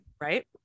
right